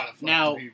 Now